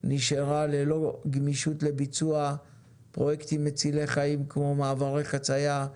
נשארו ללא גמישות לביצוע פרויקטים מצילי חיים כמו מעברי חציה,